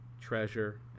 treasure